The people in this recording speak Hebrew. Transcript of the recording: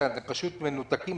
אתם פשוט מנותקים,